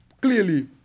Clearly